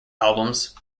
albums